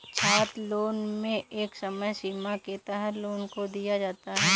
छात्रलोन में एक समय सीमा के तहत लोन को दिया जाता है